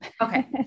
Okay